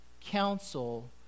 counsel